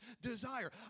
desire